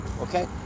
okay